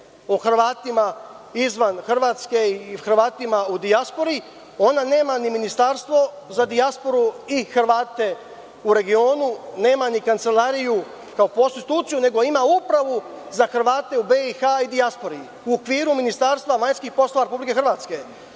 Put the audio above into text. o Hrvatima izvan Hrvatske i Hrvatima u dijaspori, ona nema ni ministarstvo za dijasporu i Hrvate u regionu, nema ni kancelariju kao instituciju, nego ima Upravu za Hrvate u BiH i dijaspori u okviru Ministarstva vanjskih poslova Republike Hrvatske.